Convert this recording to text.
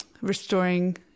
restoring